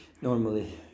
normally